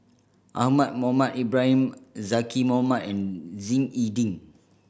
Ahmad Mohamed Ibrahim Zaqy Mohamad and Ying E Ding